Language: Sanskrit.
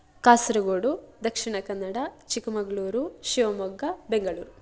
कासरगोडु दक्षिणकन्नडा चिक्मङ्गलूरु शिवमोग्गा बेङ्गलूरु